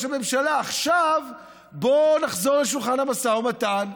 הממשלה: עכשיו בוא נחזור לשולחן המשא ומתן,